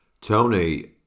Tony